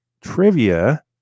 trivia